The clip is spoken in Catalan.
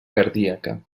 cardíaca